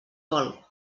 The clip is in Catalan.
vol